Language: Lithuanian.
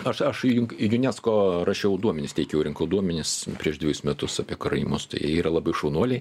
aš aš į junk junesko rašiau duomenis teikiau rinkau duomenis prieš dvejus metus apie karaimus tai yra labai šaunuoliai